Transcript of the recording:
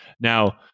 Now